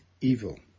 evil